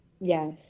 yes